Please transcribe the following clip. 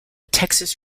texas